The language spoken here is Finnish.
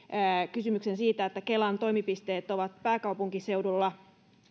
kysymyksen siitä että kelan toimipisteet ovat pääkaupunkiseudulla